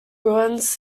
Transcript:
ruins